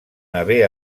haver